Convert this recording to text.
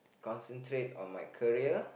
concentrate on my career